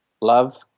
love